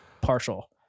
partial